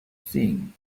seen